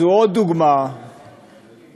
זו עוד דוגמה לניסיון